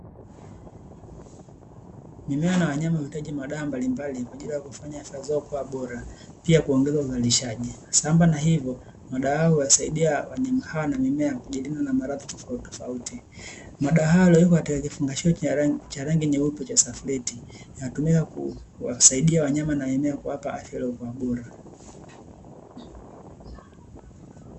Mimea na wanyama huhitaji madawa mbalimbali kwa ajili ya kufanya afya zao kuwa bora, pia kuongeza uzalishaji, sambamba na hivyo madawa hayo huwasaidia wanyama hao na mimea kujilinda na maradhi tofautitofauti. Madawa hayo yaliyowekwa katika kifungashio cha rangi nyeupe cha salfeti, inatumika kuwasaidia wanyama na mimea kuwapa afya iliyokua bora.